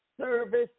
service